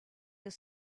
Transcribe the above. your